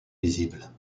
visibles